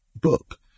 book